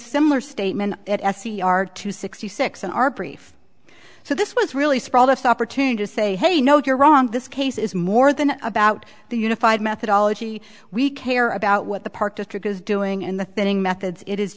similar statement at s e r two sixty six in our brief so this was really surprised us the opportunity to say hey no you're wrong this case is more than about the unified methodology we care about what the park district is doing and the thinning methods it is